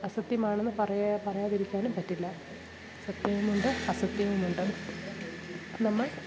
അസത്യമാണെന്ന് പറയാ പറയാതിരിക്കാനും പറ്റില്ല സത്യവുമുണ്ട് അസത്യവുമുണ്ട് നമ്മൾ